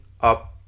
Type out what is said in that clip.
up